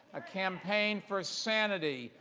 a campaign for sanity.